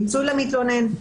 פיצוי למתלונן.